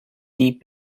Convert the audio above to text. deep